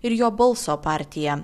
ir jo balso partija